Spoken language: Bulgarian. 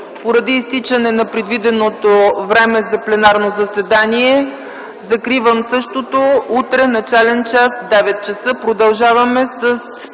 Поради изтичане на предвиденото време за пленарно заседание, закривам същото. Утре начален час – 9,00 ч. Продължаваме с